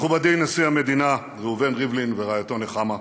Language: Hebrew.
מכובדי נשיא המדינה ראובן ריבלין ורעייתו נחמה,